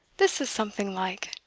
this is something like!